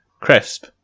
crisp